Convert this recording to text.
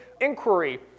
inquiry